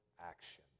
action